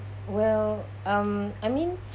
well um I mean